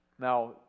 Now